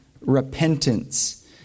repentance